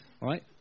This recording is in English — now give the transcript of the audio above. right